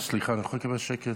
סליחה, אני יכול לקבל שקט?